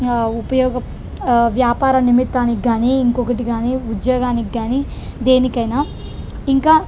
ఉపయోగ వ్యాపార నిమిత్తానికి కానీ ఇంకొకటి కానీ ఉద్యోగానికి కానీ దేనికైనా ఇంకా